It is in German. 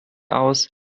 aus